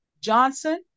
Johnson